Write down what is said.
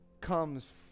comes